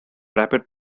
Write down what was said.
rapid